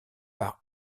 par